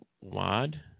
Wad